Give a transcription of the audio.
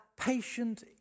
Patient